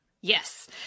Yes